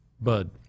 Bud